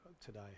today